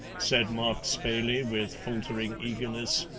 said mark spayley with faltering eagerness.